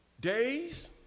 days